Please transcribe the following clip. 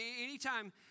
anytime